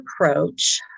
approach